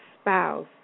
spouse